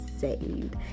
saved